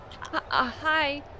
hi